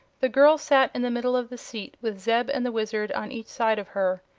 the girl sat in the middle of the seat, with zeb and the wizard on each side of her.